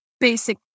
basic